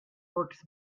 works